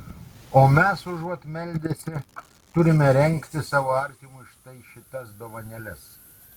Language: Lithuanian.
o mes užuot meldęsi turime rengti savo artimui štai šitas dovanėles